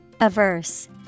Averse